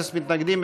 אפס מתנגדים,